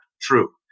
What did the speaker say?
true